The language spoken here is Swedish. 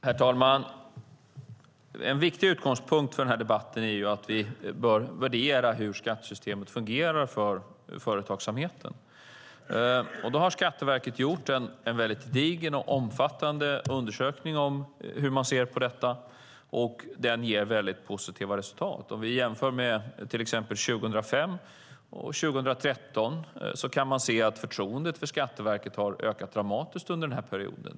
Herr talman! En viktig utgångspunkt för debatten är att vi bör värdera hur skattesystemet fungerar för företagsamheten. Skatteverket har gjort en diger och omfattande undersökning av hur man ser på detta, och den ger positiva resultat. Om vi jämför 2005 och 2013 kan vi se att förtroendet för Skatteverket har ökat dramatiskt under perioden.